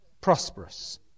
prosperous